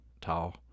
tall